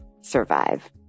survive